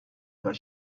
god